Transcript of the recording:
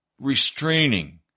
restraining